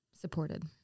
supported